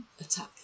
attack